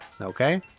Okay